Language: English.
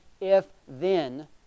if-then